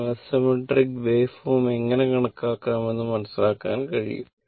അതിനാൽ unsymmetric waveform എങ്ങനെ കണക്കാക്കാമെന്ന് മനസിലാക്കാൻ കഴിയും